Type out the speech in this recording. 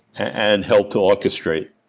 and helped to orchestrate,